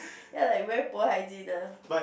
ya like very poor hygiene ah